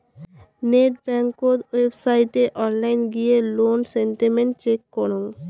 net বেংকত ওয়েবসাইটে online গিয়ে লোন স্টেটমেন্ট চেক করং